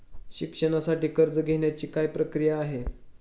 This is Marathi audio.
शिक्षणासाठी कर्ज घेण्याची काय प्रक्रिया आहे?